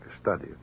study